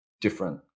different